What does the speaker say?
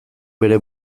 bere